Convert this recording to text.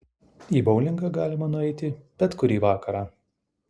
į boulingą galima nueiti bet kurį vakarą